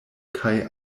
kaj